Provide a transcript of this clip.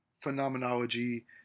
phenomenology